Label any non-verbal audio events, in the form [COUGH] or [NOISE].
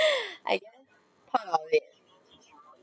[BREATH] I guess part of it